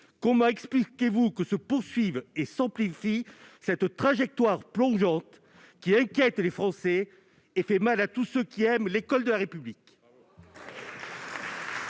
Comment expliquez-vous que se poursuive et s'amplifie cette trajectoire plongeante, qui inquiète les Français et fait mal à tous ceux qui aiment l'école de la République ?